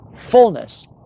fullness